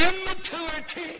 Immaturity